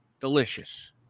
Delicious